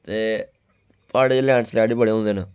ते प्हाड़ें च लैडस्लैड बी बड़े होंदे न